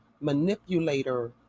Manipulator